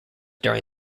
during